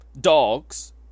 Dogs